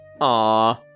Aww